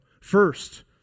First